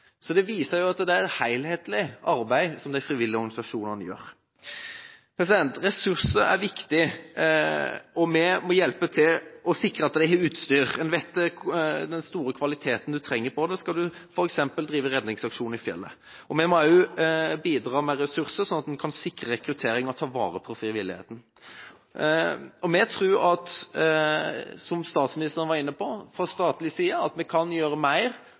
viser at det er et helhetlig arbeid som de frivillige organisasjonene gjør. Ressurser er viktig. Vi må hjelpe til og sikre at de har utstyr. En kjenner til den høye kvaliteten en trenger når det gjelder det, skal en f.eks. drive med redningsaksjon i fjellet. Vi må også bidra med ressurser, slik at en kan sikre rekruttering og ta vare på frivilligheten. Vi tror – som statsministeren var inne på – at vi fra statlig side kan gjøre mer for å sikre fullt momsfritak. Vi kan også gjøre mer